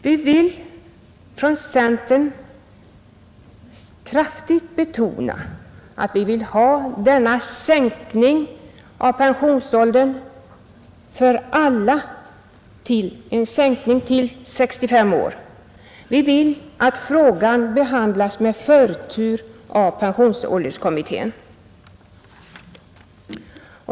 Från centerpartiet vill vi kraftigt betona vårt önskemål om en sänkt pensionsålder till 65 år för alla. Vi önskar också att frågan behandlas med förtur av pensionsålderskommittén.